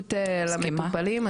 וודאות למטופלים,